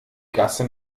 gasse